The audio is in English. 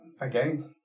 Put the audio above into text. again